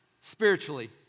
spiritually